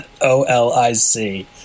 o-l-i-c